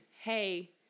hey